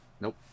Nope